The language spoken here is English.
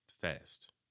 fast